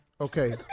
Okay